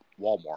Walmart